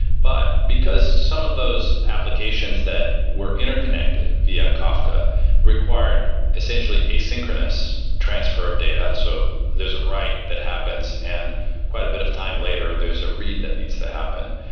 but because some of those applications that were interconnected via kafka required essentially asynchronous transfer of data. so there is a write that happens, and quite a bit of time later, there is a read that needs to happen.